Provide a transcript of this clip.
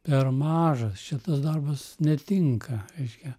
per mažas čia tas darbas netinka reiškia